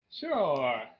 Sure